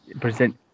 present